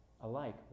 alike